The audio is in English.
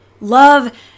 Love